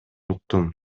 уктум